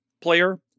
player